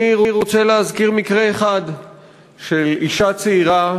אני רוצה להזכיר מקרה אחד של אישה צעירה,